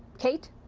kate?